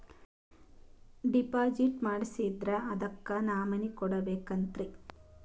Deposit ಮಾಡ್ಸಿದ್ರ ಅದಕ್ಕ nominee ಕೊಡಬೇಕಾಗ್ತದ್ರಿ?